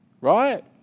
Right